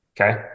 okay